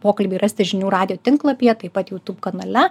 pokalbį rasti žinių radijo tinklapyje taip pat jūtūb kanale